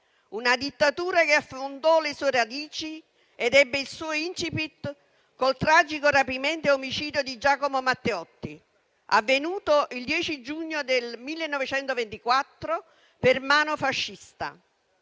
Una dittatura che affondò le sue radici ed ebbe il suo *incipit* nel tragico rapimento e omicidio di Giacomo Matteotti, avvenuto il 10 giugno 1924 per mano fascista.